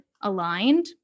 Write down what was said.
aligned